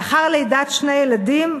לאחר לידת שני ילדים,